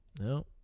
No